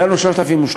הגענו ל-3,300.